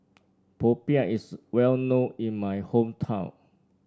Popiah is well known in my hometown